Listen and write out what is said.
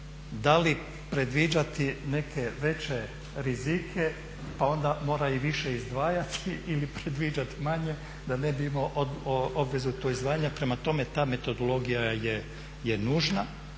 da li predviđati neke veće rizike pa onda mora i više izdvajati ili predviđati manje da ne bi imao obvezu tu izdvajanja. Prema tome, ta metodologija ne nužna